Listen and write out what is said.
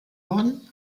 worden